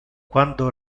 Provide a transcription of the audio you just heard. quando